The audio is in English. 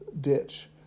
ditch